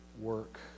work